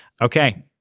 Okay